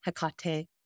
Hecate